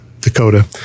Dakota